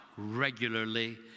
Regularly